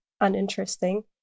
uninteresting